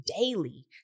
daily